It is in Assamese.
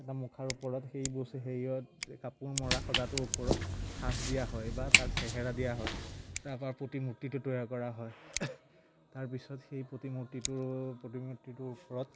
এটা মুখাৰ ওপৰত সেই বস্তু হেৰিয়ত কাপোৰ মৰা সজাটোৰ ওপৰত সাঁচ দিয়া হয় বা তাত চেহেৰা দিয়া হয় তাৰপৰা প্ৰতিমূৰ্তিটো তৈয়াৰ কৰা হয় তাৰপিছত সেই প্ৰতিমূৰ্তিটোৰ প্ৰতিমূৰ্তিটোৰ ওপৰত